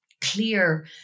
clear